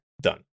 done